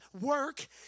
work